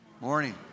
Morning